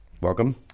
Welcome